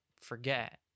forget